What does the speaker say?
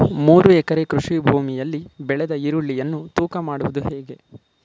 ಮೂರು ಎಕರೆ ಕೃಷಿ ಭೂಮಿಯಲ್ಲಿ ಬೆಳೆದ ಈರುಳ್ಳಿಯನ್ನು ತೂಕ ಮಾಡುವುದು ಹೇಗೆ?